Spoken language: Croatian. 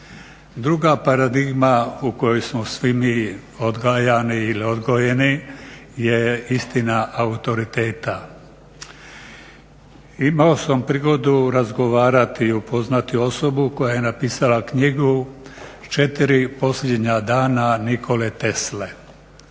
Druga paradigma u kojoj smo svi mi odgajani ili odgojeni je istina autoriteta. Imao sam prigodu razgovarati, upoznati osobu koja je napisala knjigu "Četiri posljednja dana Nikole Tesle".